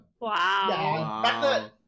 Wow